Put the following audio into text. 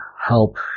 help